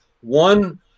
one